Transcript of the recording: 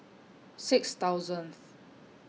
six thousandth